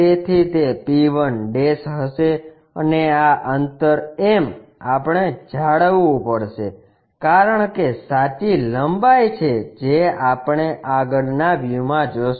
તેથી તે p1 હશે અને આ અંતર m આપણે જાળવવું પડશે કારણ કે સાચી લંબાઈ છે જે આપણે આગળના વ્યૂમાં જોશું